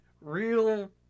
real